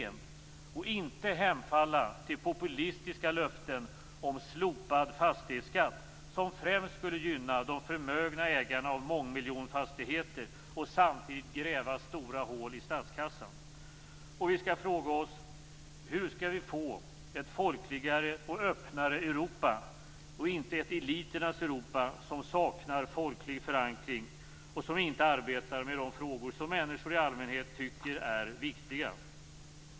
Vi skall inte hemfalla åt populistiska löften om slopad fastighetsskatt som främst skulle gynna de förmögna ägarna av mångmiljonfastigheter samtidigt som det skulle gräva stora hål i statskassan. Och vi skall fråga oss: Hur skall vi få ett folkligare och öppnare Europa och inte ett eliternas Europa som saknar folklig förankring och som inte arbetar med de frågor som människor i allmänhet tycker är viktiga.